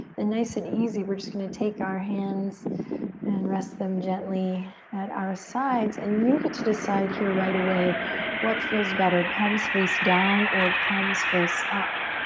then nice and easy we're just gonna take our hands and rest them gently at our sides and you get to decide here right away what feels better, palms face down or palms face up.